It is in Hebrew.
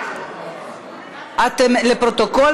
לפרוטוקול,